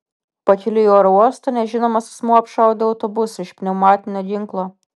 pakeliui į oro uostą nežinomas asmuo apšaudė autobusą iš pneumatinio ginklo